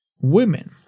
women